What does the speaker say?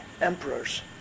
emperors